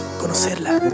conocerla